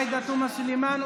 עאידה תומא סלימאן,